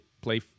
play